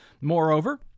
Moreover